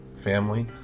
family